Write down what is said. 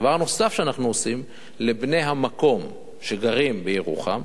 דבר נוסף שאנחנו עושים, לבני המקום שגרים בירוחם